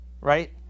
right